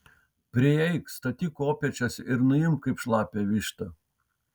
prieik statyk kopėčias ir nuimk kaip šlapią vištą